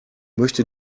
möchte